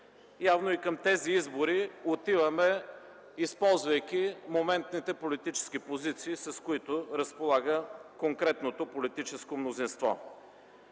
Явно и към тези избори отиваме, използвайки моментните политически позиции, с които разполага конкретното политическо мнозинство.